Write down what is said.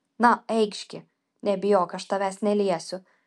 na eikš gi nebijok aš tavęs neliesiu